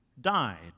died